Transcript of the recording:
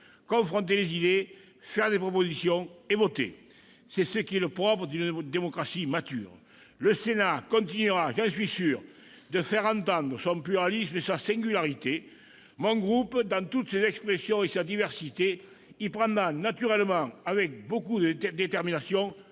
confronter les idées, faire des propositions et voter, ce qui est le propre d'une démocratie mature. Le Sénat continuera, j'en suis sûr, de faire entendre son pluralisme et sa singularité. Mon groupe, dans toutes ses expressions et sa diversité, y prendra naturellement, avec beaucoup de détermination,